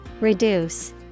Reduce